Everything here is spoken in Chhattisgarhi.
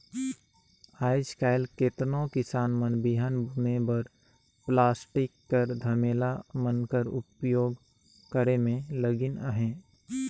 आएज काएल केतनो किसान मन बीहन बुने बर पलास्टिक कर धमेला मन कर उपियोग करे मे लगिन अहे